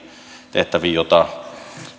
tehtäviin joita